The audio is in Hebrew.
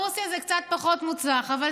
רוסיה זה קצת פחות מוצלח, אבל